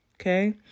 Okay